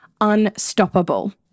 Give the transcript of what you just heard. unstoppable